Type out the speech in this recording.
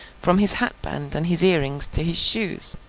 from his hatband and his earrings to his shoes.